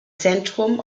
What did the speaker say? zentrum